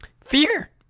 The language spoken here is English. Fear